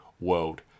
world